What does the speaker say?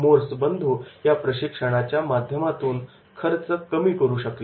Morse बंधू या प्रशिक्षणाच्या माध्यमातून खर्च कमी करू शकले